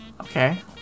Okay